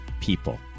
people